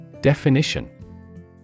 Definition